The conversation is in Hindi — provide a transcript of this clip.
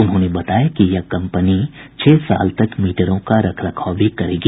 उन्होंने बताया कि यह कम्पनी छह साल तक मीटरों का रखरखाव भी करेगी